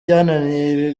byananiye